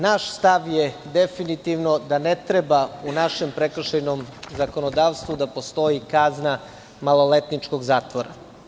Naš stav je definitivno da ne treba u našem prekršajnom zakonodavstvu da postoji kazna maloletničkog zatvora.